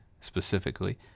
specifically